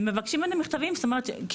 מבקשים ממנה מכתבים, כי